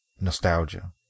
nostalgia